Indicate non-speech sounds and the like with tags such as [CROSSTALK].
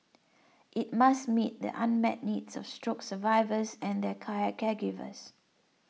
it must meet the unmet needs of stroke survivors and their [UNINTELLIGIBLE] caregivers